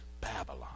Babylon